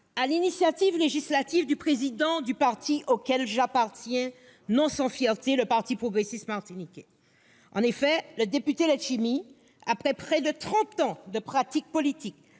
à l'initiative législative du président du mouvement auquel j'appartiens, non sans fierté : le parti progressiste martiniquais. En effet, le député Serge Letchimy, après près de trente ans de pratique politique